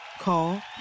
call